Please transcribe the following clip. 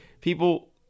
people